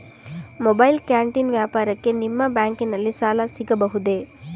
Mobile canteen ವ್ಯಾಪಾರಕ್ಕೆ ನಿಮ್ಮ ಬ್ಯಾಂಕಿನಲ್ಲಿ ಸಾಲ ಸಿಗಬಹುದೇ?